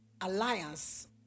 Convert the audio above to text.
alliance